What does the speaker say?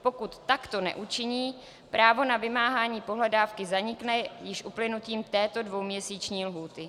Pokud takto neučiní, právo na vymáhání pohledávky zanikne již uplynutím této dvouměsíční lhůty.